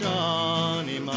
Johnny